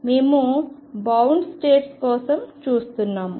మేము bound states కోసం చూస్తున్నాము